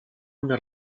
una